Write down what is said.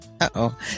Uh-oh